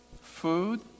food